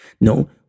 No